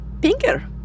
pinker